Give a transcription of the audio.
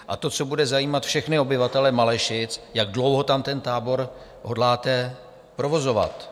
A to, co bude zajímat všechny obyvatele Malešic, jak dlouho tam ten tábor hodláte provozovat.